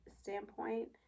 standpoint